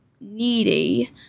needy